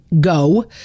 go